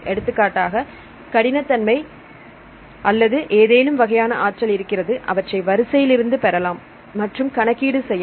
எடுத்துக்காட்டாக கடினத்தன்மை அல்லது ஏதேனும் வகையான ஆற்றல் இருக்கிறது அவற்றை வரிசையிலிருந்து பெறலாம் மற்றும் கணக்கீடு செய்யலாம்